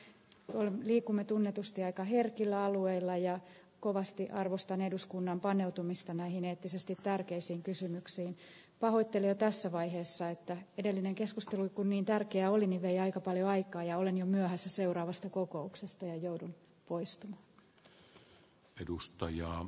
olen liikumme tunnetusti aika herkillä alueilla ja kovasti arvostan eduskunnan paneutumista näihin eettisesti tärkeisiin kysymyksiin pahoittelee tässä vaiheessa että edellinen keskustelu niin tärkeää oli miltei aika paljon aikaa ja olin jo myöhässä seuraavasta kokouksesta ja jouduin poistuin edustaja on